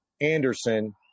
Anderson